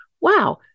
wow